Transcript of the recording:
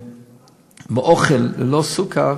שבאוכל ללא סוכר